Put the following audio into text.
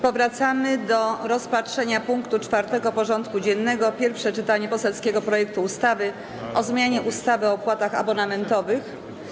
Powracamy do rozpatrzenia punktu 4. porządku dziennego: Pierwsze czytanie poselskiego projektu ustawy o zmianie ustawy o opłatach abonamentowych.